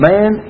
Man